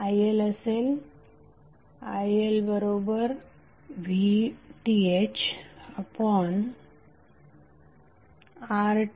ILअसेल ILVThRThRL